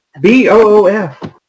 B-O-O-F